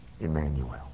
Emmanuel